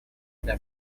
для